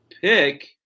pick